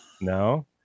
no